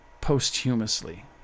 posthumously